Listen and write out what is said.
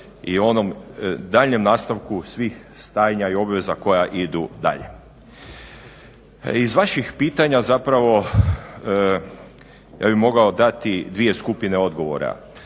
i onom daljnjem nastavku svih stanja i obveza koja idu dalje. Iz vaših pitanja ja bih mogao dati dvije skupine odgovora.